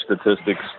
statistics